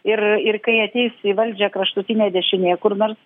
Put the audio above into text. ir ir kai ateis į valdžią kraštutinė dešinė kur nors